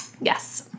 Yes